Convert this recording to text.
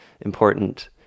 important